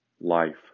life